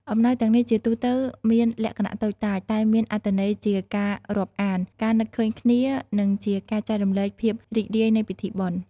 អំណោយទាំងនេះជាទូទៅមានលក្ខណៈតូចតាច តែមានអត្ថន័យជាការរាប់អាន ការនឹកឃើញគ្នា និងជាការចែករំលែកភាពរីករាយនៃពិធីបុណ្យ។